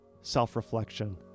self-reflection